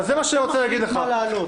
אתה לא תגיד לנו מה להעלות.